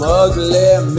ugly